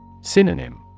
Synonym